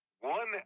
One